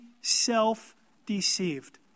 self-deceived